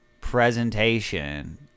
presentation